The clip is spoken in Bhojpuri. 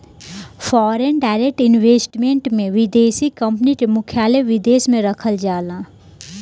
फॉरेन डायरेक्ट इन्वेस्टमेंट में विदेशी कंपनी के मुख्यालय विदेश में रखल जाला